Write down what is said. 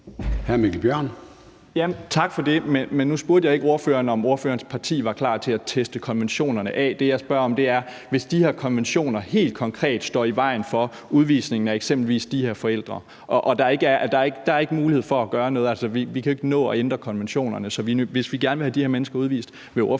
Bjørn (DF): Tak for det. Nu spurgte jeg ikke ordføreren, om ordførerens parti var klar til at teste konventionerne af. Det, jeg spørger om, er, at hvis de her konventioner helt konkret står i vejen for udvisningen af eksempelvis de her forældre og der ikke er mulighed for at gøre noget, for vi kan jo ikke nå at ændre konventionerne, og hvis vi gerne vil have de her mennesker udvist, vil ordførerens